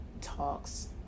talks